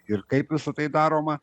ir kaip visa tai daroma